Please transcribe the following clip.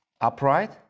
upright